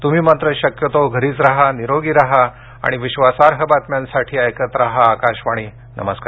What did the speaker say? तुम्ही मात्र शक्यतो घरीच राहा निरोगी राहा आणि विश्वासार्ह बातम्यांसाठी ऐकत राहा आकाशवाणी नमस्कार